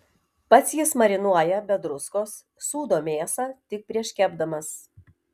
pats jis marinuoja be druskos sūdo mėsą tik prieš kepdamas